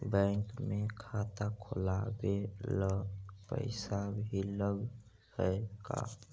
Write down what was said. Bank में खाता खोलाबे ल पैसा भी लग है का?